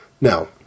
Now